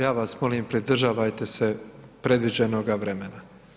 Ja vas molim pridržavajte se predviđenoga vremena.